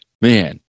Man